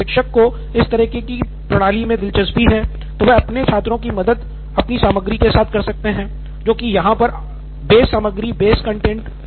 यदि शिक्षक को इस तरह की प्रणाली में दिलचस्पी है तो वह अपने छात्रों की मदद अपनी सामग्री के साथ कर सकते हैं जो कि यहाँ पर आधार सामग्री ही होगी